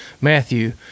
Matthew